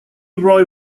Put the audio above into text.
roi